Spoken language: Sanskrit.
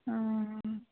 आ